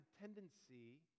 tendency